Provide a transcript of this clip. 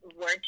word